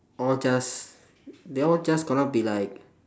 all just they all just gonna be like